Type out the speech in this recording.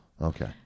Okay